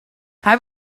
hij